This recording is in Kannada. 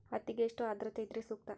ಹತ್ತಿಗೆ ಎಷ್ಟು ಆದ್ರತೆ ಇದ್ರೆ ಸೂಕ್ತ?